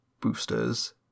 boosters